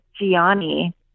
Gianni